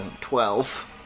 twelve